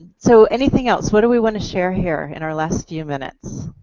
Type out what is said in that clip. so anything else? what do we want to share here in our last few minutes?